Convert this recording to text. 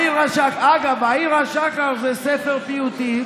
אגב, "אעירה שחר" זה ספר פיוטים,